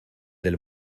del